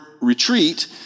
retreat